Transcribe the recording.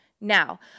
Now